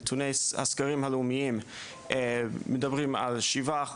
נתוני הסקרים הלאומיים מדברים על 7%